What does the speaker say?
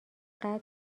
قتل